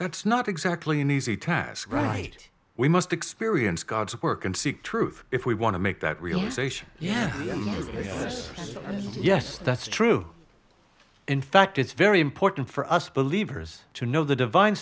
that's not exactly an easy task right we must experience god's work and seek truth if we want to make that realization yes yes yes yes that's true in fact it's very important for us believers to know the divine